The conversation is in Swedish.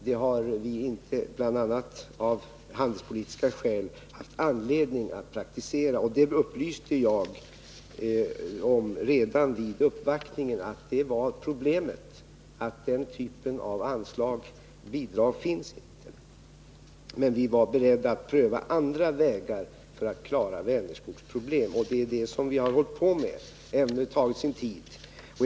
Det har vi inte, bl.a. av handelspolitiska skäl, haft anledning att praktisera, och jag upplyste redan vid uppvaktningen att problemet är att denna typ av bidrag inte finns. Men jag sade att vi var beredda att pröva andra vägar för att klara Vänerskogs problem. Det är det som vi hållit på med, även om det tagit sin tid.